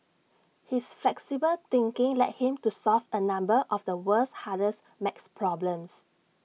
his flexible thinking led him to solve A number of the world's hardest math problems